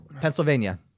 Pennsylvania